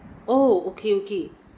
oh okay okay